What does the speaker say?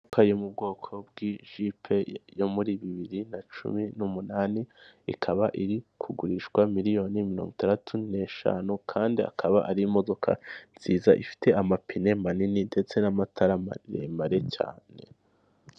Imodoka yo mu bwoko bw'ijipe yo muri bibiri na cumi n'umunani, ikaba iri kugurishwa miliyoni mirongo itadatu n'eshanu kandi akaba ari imodoka nziza ifite amapine manini ndetse n'amatara maremare cyane.